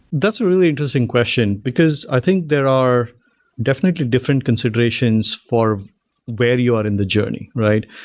that's a really interesting question, because i think there are definitely different considerations for where you are in the journey, right?